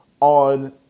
on